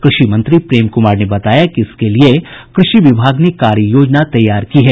कृषि मंत्री प्रेम कुमार ने बताया कि इसके लिए कृषि विभाग ने कार्ययोजना तैयार की है